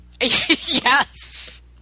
Yes